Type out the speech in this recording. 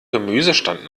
gemüsestand